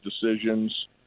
decisions